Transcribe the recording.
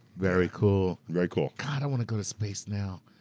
very cool. very cool. god i wanna go to space now,